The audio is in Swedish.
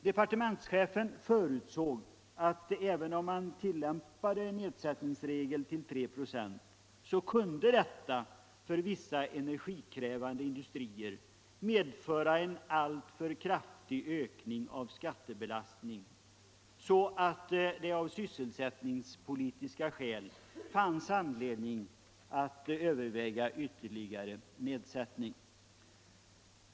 Departementschefen förutsåg att även tillämpningen av en regel om nedsättning till 3 96 för vissa energikrävande industrier kunde medföra en alltför kraftig ökning av skattebelastningen, så att det av sysselsättningspolitiska skäl fanns anledning att överväga ytterligare nedsättning.